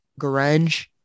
grunge